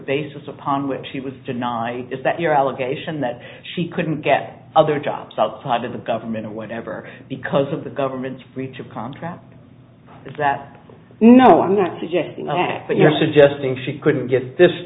basis upon which she would deny is that your allegation that she couldn't get other jobs outside of the government or whatever because of the government's reach of contracts that no i'm not suggesting but you're suggesting she couldn't get this